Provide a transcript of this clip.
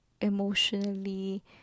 emotionally